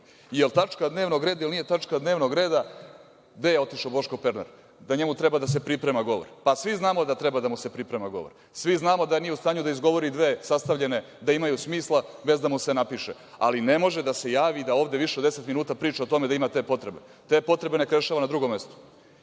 Jel tačka dnevnog reda ili nije tačka dnevnog reda – gde je otišao Boško Pernar, da njemu treba da se priprema govor. Pa, svi znamo da treba da mu se priprema govor. Svi znamo da nije u stanju da izgovori dve sastavljene, da imaju smisla, bez da mu se napiše, ali ne može da se javi da ovde više od deset minuta priča o tome da ima te potrebe. Te potrebe neka rešava na drugom mestu.